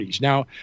Now